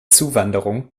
zuwanderung